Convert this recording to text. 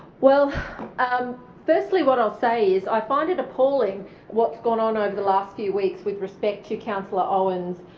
well um firstly what i'll say is i find it appalling what's gone on over the last few weeks with respect to councillor owen's